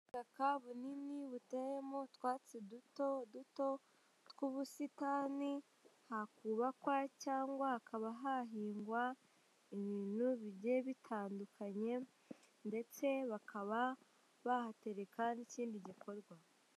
Ubutaka bunini butewemo utwatsi dutoduto tw'ubusitani hakubakwa cyangwa hakaba hahingwa ibintu bigiye bitandukanye ndetse bakaba bahatereka n'ikindi gikorwa.